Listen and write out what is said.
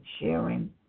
sharing